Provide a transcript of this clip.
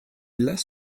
last